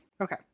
Okay